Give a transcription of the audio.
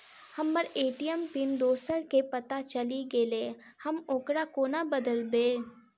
हम्मर ATM PIN दोसर केँ पत्ता चलि गेलै, हम ओकरा कोना बदलबै?